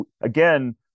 again